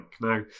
Now